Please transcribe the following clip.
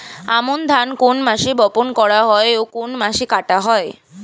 আমন ধান কোন মাসে বপন করা হয় ও কোন মাসে কাটা হয়?